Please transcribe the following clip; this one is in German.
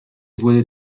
wurde